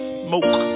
smoke